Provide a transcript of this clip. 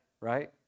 right